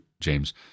James